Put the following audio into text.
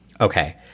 Okay